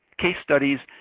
case studies,